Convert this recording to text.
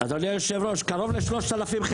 מה שאתם רוצים.